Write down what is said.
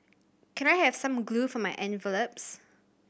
can I have some glue for my envelopes